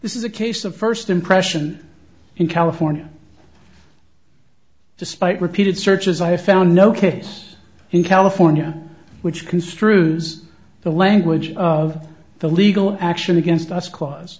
this is a case of first impression in california despite repeated searches i found no case in california which construes the language of the legal action against us clause